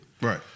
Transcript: Right